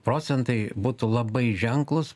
procentai būtų labai ženklūs